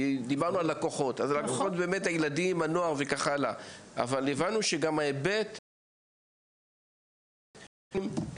הלקוחות הם באמת הילדים ונוער אבל הבנו שגם בהיבט של ההורים הם